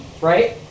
right